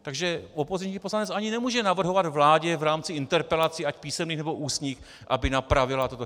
Takže opoziční poslanec ani nemůže navrhovat vládě v rámci interpelací ať písemných, nebo ústních, aby napravila toto.